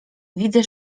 widzę